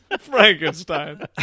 Frankenstein